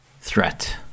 threat